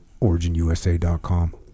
OriginUSA.com